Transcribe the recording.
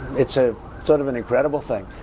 it's a sort of an incredible thing.